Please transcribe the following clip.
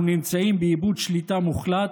אנחנו נמצאים באיבוד שליטה מוחלט,